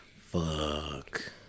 Fuck